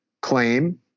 claim